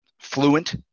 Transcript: fluent